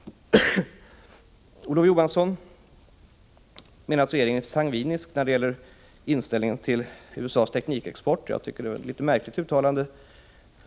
Olof Johansson menar att regeringen är sangvinisk när det gäller inställningen till USA:s teknikexport. Jag tycker det är ett märkligt uttalande.